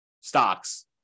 stocks